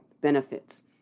benefits